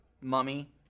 mummy